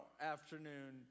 afternoon